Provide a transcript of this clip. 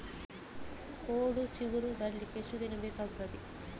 ಕೋಡು ಚಿಗುರು ಬರ್ಲಿಕ್ಕೆ ಎಷ್ಟು ದಿನ ಬೇಕಗ್ತಾದೆ?